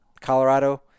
Colorado